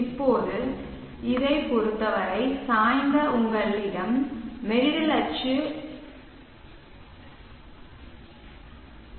இப்போது இதைப் பொறுத்தவரை சாய்ந்த பிளாட் பிளேட் சேகரிப்பாளரையும் இணைப்போம்